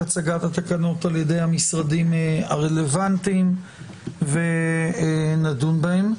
הצגת התקנות על ידי המשרדים הרלוונטיים ונדון בהן.